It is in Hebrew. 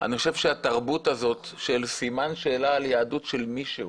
אני חושב שהתרבות הזאת של סימן שאלה על יהדות של מישהו